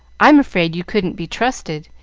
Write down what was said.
i'm afraid you couldn't be trusted,